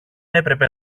έπρεπε